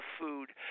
food